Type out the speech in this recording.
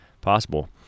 possible